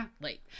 late